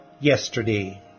Yesterday